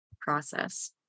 process